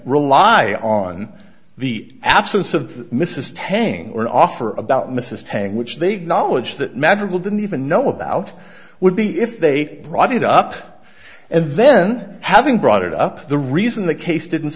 rely on the absence of mrs tang or an offer about mrs tang which they've knowledge that magical didn't even know about would be if they brought it up and then having brought it up the reason the case didn't